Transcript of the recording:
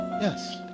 Yes